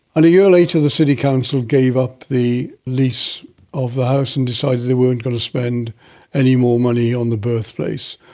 and a year later the city council gave up the lease of the house and decided they weren't going to spend any more money on the birthplace.